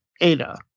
Ada